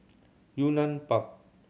Yunnan Park